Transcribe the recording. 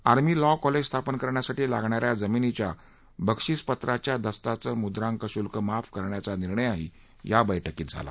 army law college स्थापन करण्यासाठी लागणाऱ्या जमिनीच्या बक्षीसपत्राच्या दस्ताचं मुद्रांक शुल्क माफ करण्याचा निर्णयही या बैठकीत झाला